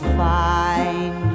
find